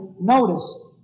notice